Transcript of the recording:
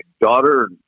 daughter